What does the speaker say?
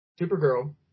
Supergirl